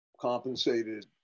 compensated